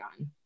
on